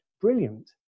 brilliant